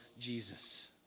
Jesus